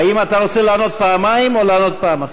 האם אתה רוצה לענות פעמיים או לענות פעם אחת?